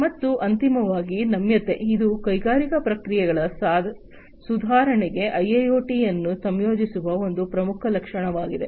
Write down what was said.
ಮತ್ತು ಅಂತಿಮವಾಗಿ ನಮ್ಯತೆ ಇದು ಕೈಗಾರಿಕಾ ಪ್ರಕ್ರಿಯೆಗಳ ಸುಧಾರಣೆಗೆ ಐಐಓಟಿ ಅನ್ನು ಸಂಯೋಜಿಸುವ ಒಂದು ಪ್ರಮುಖ ಲಕ್ಷಣವಾಗಿದೆ